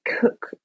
cook